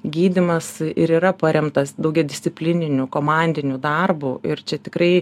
gydymas ir yra paremtas daugiadisciplininiu komandiniu darbu ir čia tikrai